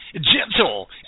Gentle